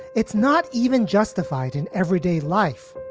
it's not even justified in everyday life,